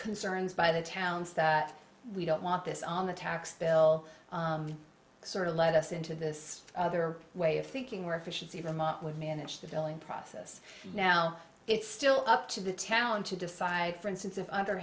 concerns by the towns that we don't want this on the tax bill sort of lead us into this other way of thinking where efficiency vermont would manage the billing process now it's still up to the talent to decide for instance of